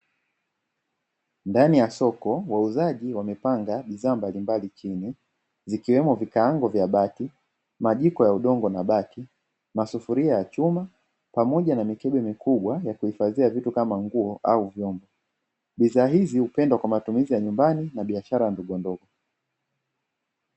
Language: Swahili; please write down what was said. Ndani ya soko wauzaji wamepanga bidhaa mbalimbali chini zikiwemo vikaango vya bati, majiko ya udongo na bati, masufuria ya chuma pamoja na mikebe mikubwa ya kuhifadhia vitu kama nguo au vyombo. Bidhaa hizi hupendwa kwa matumizi ya nyumbani na biashara ndogo ndogo.